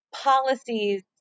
policies